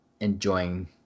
enjoying